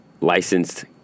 licensed